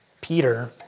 Peter